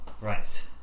Right